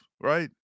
right